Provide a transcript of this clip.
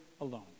alone